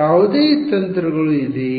ಯಾವುದೇ ತಂತ್ರಗಳು ಇದೆಯೇ